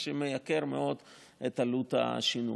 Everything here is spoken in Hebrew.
מה שמייקר מאוד את עלות השינוע.